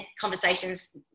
conversations